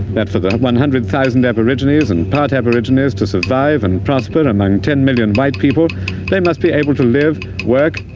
that for the one hundred thousand aborigines and part-aborigines to survive and prosper among ten million white people they must be able to live, work,